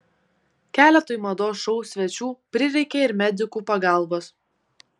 keletui mados šou svečių prireikė ir medikų pagalbos